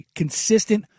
consistent